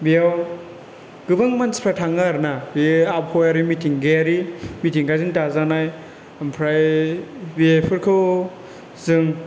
बेयाव गोबां मानसिफ्रा थाङो आरो ना बे आबहावायारि मिथिंगायारि मिथिंगाजों दाजानाय ओमफ्राय बेफोरखौ जों